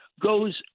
goes